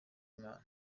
imana